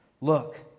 look